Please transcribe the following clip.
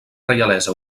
reialesa